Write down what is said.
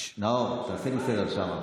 נאור, תעשה לי סדר שם.